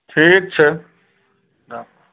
ठीक छै राखु